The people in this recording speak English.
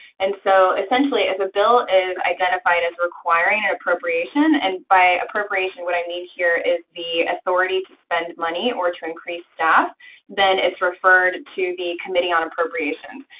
and so, essentially, if a bill is identified as requiring an and appropriation and by appropriation, what i mean here is the authority to spend money or to increase staff then it's referred to the committee on appropriations.